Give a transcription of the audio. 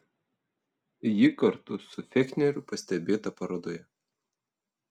ji kartu su fechneriu pastebėta parodoje